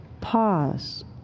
Pause